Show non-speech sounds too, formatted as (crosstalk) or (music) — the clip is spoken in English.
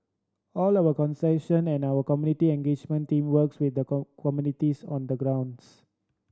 all of concession and our community engagement team works with the (unintelligible) communities on the grounds